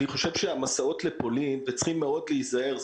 אני חושב שהמסעות לפולין וצריך מאוד להיזהר,